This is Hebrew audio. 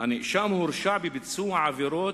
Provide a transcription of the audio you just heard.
"הנאשם הואשם בביצוע עבירות,